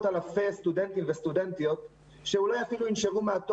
אלפי סטודנטים וסטודנטיות שאולי אפילו ינשרו מן התואר.